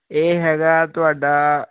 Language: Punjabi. ਇਹ ਹੈਗਾ ਤੁਹਾਡਾ